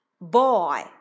Boy